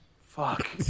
Fuck